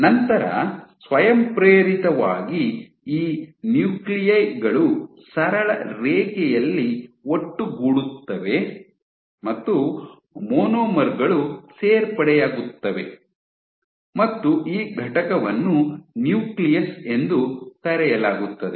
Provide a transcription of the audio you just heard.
ನಂತರ ಸ್ವಯಂಪ್ರೇರಿತವಾಗಿ ಈ ನ್ಯೂಕ್ಲೇಯ್ ಗಳು ಸರಳ ರೇಖೆಯಲ್ಲಿ ಒಟ್ಟುಗೂಡುತ್ತವೆ ಮತ್ತು ಈ ಮಾನೋಮರ್ ಗಳು ಸೇರ್ಪಡೆಯಾಗುತ್ತವೆ ಮತ್ತು ಈ ಘಟಕವನ್ನು ನ್ಯೂಕ್ಲಿಯಸ್ ಎಂದು ಕರೆಯಲಾಗುತ್ತದೆ